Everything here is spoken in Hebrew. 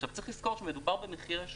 עכשיו, צריך לזכור שמדובר במחירי שוק.